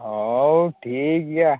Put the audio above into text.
ᱦᱳᱭ ᱴᱷᱤᱠ ᱜᱮᱭᱟ